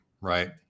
Right